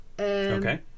okay